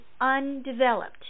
undeveloped